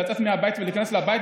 לצאת מהבית ולהיכנס לבית,